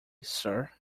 sir